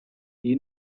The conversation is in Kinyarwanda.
iyi